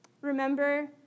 Remember